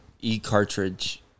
e-cartridge